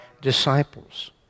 disciples